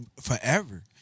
forever